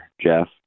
Jeff